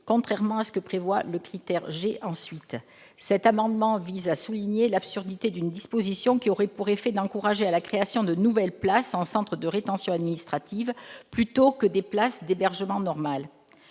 contrairement à ce que prévoit le critère suivant, le critère g). Cet amendement vise à souligner l'absurdité d'une disposition qui aurait pour effet d'encourager la création de nouvelles places en centres de rétention administrative plutôt que des places d'hébergement normales.